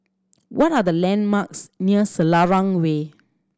what are the landmarks near Selarang Way